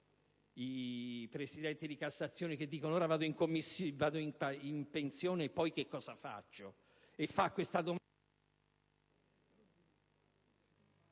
i presidenti di Cassazione dicono: ora vado in pensione, e poi cosa faccio?